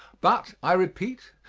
but, i repeat,